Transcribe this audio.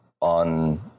on